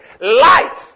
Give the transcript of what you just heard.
Light